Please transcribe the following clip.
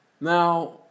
Now